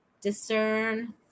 Discern